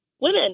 women